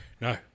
no